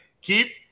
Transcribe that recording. Keep